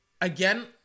Again